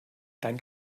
dein